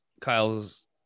Kyle's